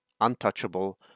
untouchable